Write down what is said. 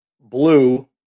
blue